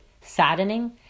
saddening